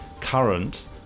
current